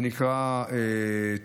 זה נקרא,